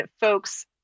folks